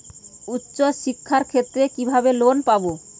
উচ্চশিক্ষার ক্ষেত্রে কিভাবে লোন পাব?